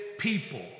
People